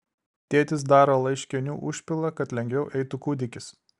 tėtis daro laiškenių užpilą kad lengviau eitų kūdikis